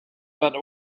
but